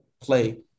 play